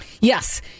Yes